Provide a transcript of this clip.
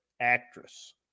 actress